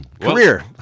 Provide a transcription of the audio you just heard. career